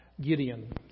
Gideon